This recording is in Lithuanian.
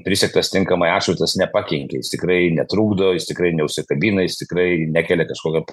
prisegtas tinkamai atšvaitas nepakenkė jis tikrai netrukdo jis tikrai neužsikabina jis tikrai nekelia kažkokio